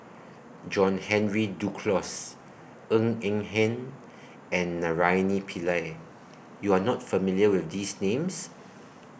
John Henry Duclos Ng Eng Hen and Naraina Pillai YOU Are not familiar with These Names